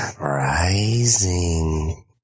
Rising